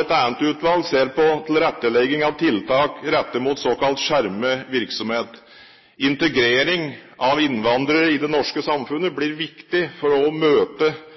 et annet utvalg ser på tilrettelegging av tiltak rettet mot såkalt skjermet virksomhet. Integrering av innvandrere i det norske samfunnet blir viktig for å møte